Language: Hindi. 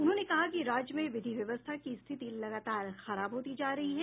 उन्होंने कहा कि राज्य में विधि व्यवस्था की स्थिति लगातार खराब होती जा रही है